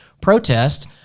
protest